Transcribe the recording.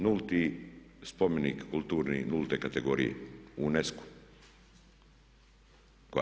Nulti spomenik kulturni nulte kategorije u UNESCO-u.